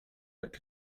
that